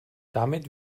damit